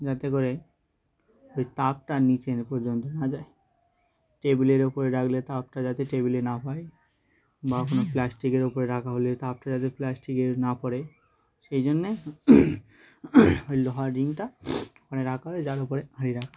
যাতে করে ওই তাপটা নিচে এ পর্যন্ত না যায় টেবিলের ওপরে রাখলে তাপটা যাতে টেবিলে না পায় বা কোনো প্লাস্টিকের ওপরে রাখা হলে তাপটা যাতে প্লাস্টিকের না পড়ে সেই জন্যে ওই লোহার রিংটা ওখানে রাখা হয় যার ওপরে হাঁড়ি রাখা হয়